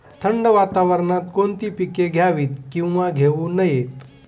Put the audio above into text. थंड वातावरणात कोणती पिके घ्यावीत? किंवा घेऊ नयेत?